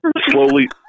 slowly